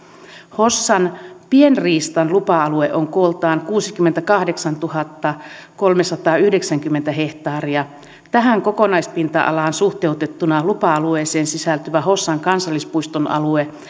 hossan pienriistan lupa alue on kooltaan kuusikymmentäkahdeksantuhattakolmesataayhdeksänkymmentä hehtaaria tähän kokonaispinta alaan suhteutettuna lupa alueeseen sisältyvä hossan kansallispuiston alue